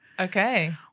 Okay